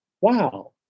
wow